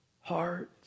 heart